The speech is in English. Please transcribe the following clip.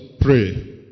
Pray